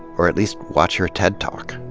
or at least watch her ted talk.